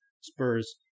Spurs